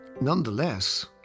Nonetheless